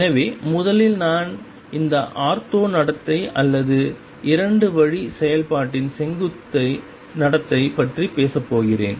எனவே முதலில் நான் இந்த ஆர்த்தோ நடத்தை அல்லது 2 வழி செயல்பாட்டின் செங்குத்து நடத்தை பற்றி பேசப்போகிறேன்